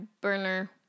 burner